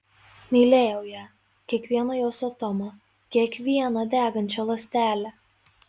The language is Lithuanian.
mylėjau ją kiekvieną jos atomą kiekvieną degančią ląstelę